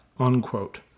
unquote